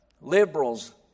liberals